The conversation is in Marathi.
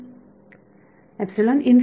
विद्यार्थी एपसिलोन